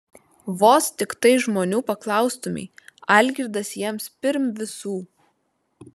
vos tiktai žmonių paklaustumei algirdas jiems pirm visų